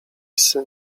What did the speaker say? syn